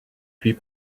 puis